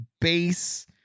base